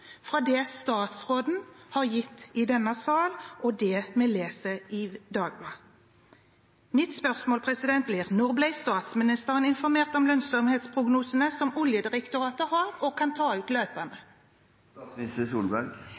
fra det statsråden har gitt i denne sal, og det vi leser i Dagbladet. Mitt spørsmål blir: Når ble statsministeren informert om lønnsomhetsprognosene som Oljedirektoratet har og kan ta ut løpende?